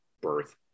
birth